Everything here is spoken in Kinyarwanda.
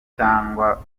cyangwa